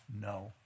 no